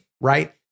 Right